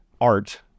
art